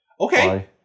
Okay